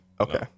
Okay